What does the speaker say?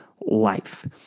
life